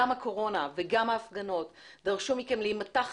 גם הקורונה וגם ההפגנות דרשו מכם להימתח